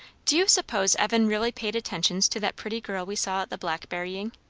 do you suppose evan really paid attentions to that pretty girl we saw at the blackberrying?